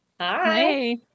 Hi